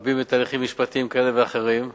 רבים בתהליכים משפטיים כאלה ואחרים,